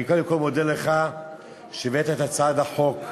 אני קודם כול מודה לך שהבאת את הצעת החוק.